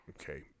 Okay